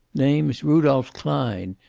name's rudolph klein.